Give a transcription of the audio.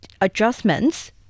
adjustments